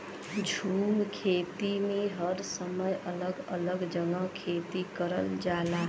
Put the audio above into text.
झूम खेती में हर समय अलग अलग जगह खेती करल जाला